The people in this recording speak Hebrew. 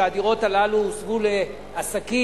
והדירות הללו הוסבו לעסקים,